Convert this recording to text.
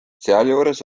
sealjuures